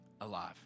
alive